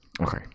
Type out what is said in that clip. Okay